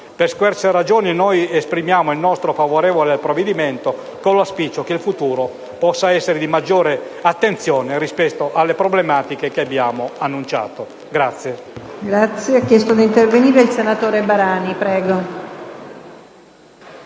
Per queste ragioni, esprimiamo il nostro voto favorevole al provvedimento, con l'auspicio che il futuro possa essere di maggiore attenzione rispetto alle problematiche che abbiamo richiamato.